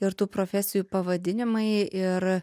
ir tų profesijų pavadinimai ir